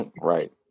Right